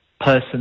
person